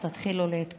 אז תתחילו להתכונן.